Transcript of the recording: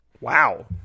Wow